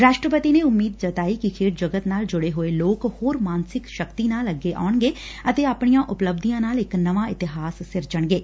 ਰਾਸ਼ਟਰਪਤੀ ਨੇ ਉਮੀਦ ਜਤਾਈ ਕਿ ਖੇਡ ਜਗਤ ਨਾਲ ਜੁੜੇ ਹੋਏ ਲੋਕ ਹੋਰ ਮਾਨਸਿਕ ਸ਼ਕਤੀ ਨਾਲ ਅੱਗੇ ਆਉਣਗੇ ਅਤੇ ਆਪਣੀਆਂ ਉਪਲਬੱਧੀਆਂ ਨਾਲ ਇਕ ਨਵਾਂ ਇਤਿਹਾਸ ਸਿਰਜਣਗੇ